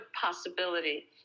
possibility